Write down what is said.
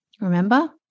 Remember